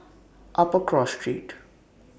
Upper Cross Street